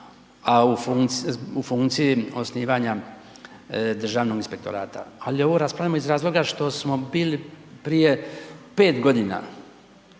a u funkciji osnivanja Državnog inspektorata, ali ovo raspravljamo iz razloga što smo bili prije 5 godina